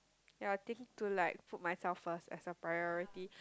ya take it to like put myself first as a priority